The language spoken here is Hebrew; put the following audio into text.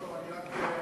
לא, רק הערה.